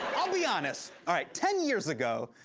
i'll be honest. all right, ten years ago,